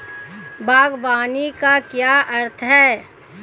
बागवानी का क्या अर्थ है?